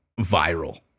viral